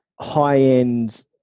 high-end